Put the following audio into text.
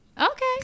Okay